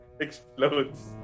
explodes